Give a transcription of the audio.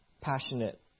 passionate